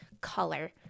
color